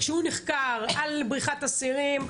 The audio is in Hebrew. כשהוא נחקר על בריחת אסירים,